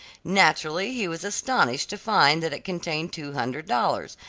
naturally he was astonished to find that it contained two hundred dollars,